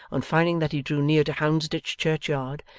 on finding that he drew near to houndsditch churchyard,